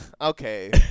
Okay